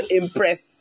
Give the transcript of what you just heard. impress